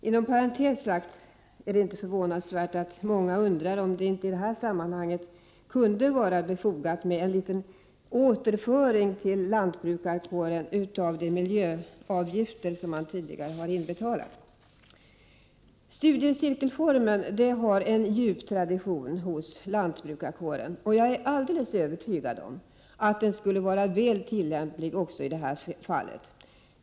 Inom parentes sagt är det inte förvånansvärt att många undrar om det i detta sammanhang inte kunde vara befogat med en liten återföring till lantbrukarkåren av de miljöavgifter som lantbrukarna tidigare har inbetalat. Studiecirkelformen har en djup tradition hos lantbrukarkåren. Och jag är alldeles övertygad om att den skulle vara väl tillämplig också i detta fall.